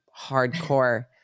hardcore